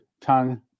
tongue